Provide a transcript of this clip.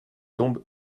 tombe